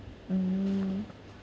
mm